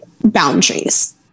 boundaries